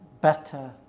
better